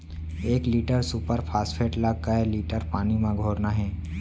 एक litre super phosphate ला कए लीटर पानी मा घोरना हे?